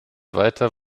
weiter